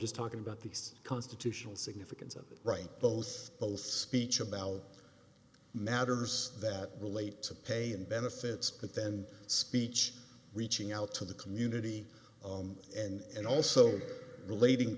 just talking about these constitutional significance of the right those old speech about matters that relate to pay and benefits but then speech reaching out to the community and also relating